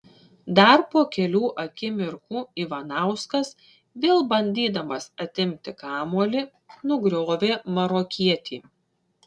dar po kelių akimirkų ivanauskas vėl bandydamas atimti kamuolį nugriovė marokietį